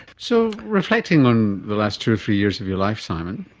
so reflecting on the last two or three years of your life, simon,